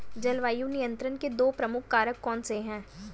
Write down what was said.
जलवायु नियंत्रण के दो प्रमुख कारक कौन से हैं?